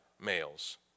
males